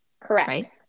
Correct